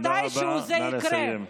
מתישהו זה יקרה.